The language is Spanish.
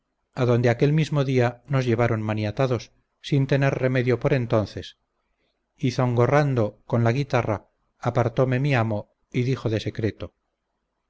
caleta adonde aquel mismo día nos llevaron maniatados sin tener remedio por entonces y zongorrando con la guitarra apartome mi amo y dijo de secreto